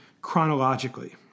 chronologically